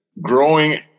growing